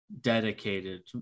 dedicated